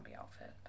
outfit